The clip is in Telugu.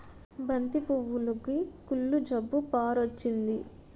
బంతి పువ్వులుకి కుళ్ళు జబ్బు పారొచ్చింది